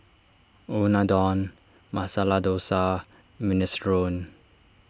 Unadon Masala Dosa Minestrone